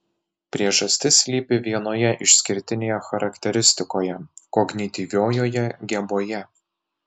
priežastis slypi vienoje išskirtinėje charakteristikoje kognityviojoje geboje